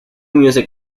music